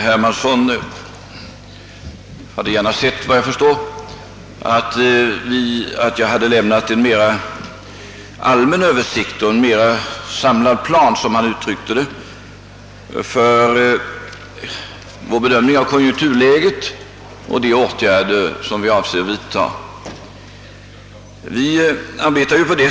Herr talman! Herr Hermansson hade, efter vad jag förstår, gärna sett att jag lämnat en mer allmän översikt över och samlad plan för vår bedömning av konjunkturläget och de åtgärder vi avser att vidta.